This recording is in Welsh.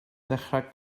ddechrau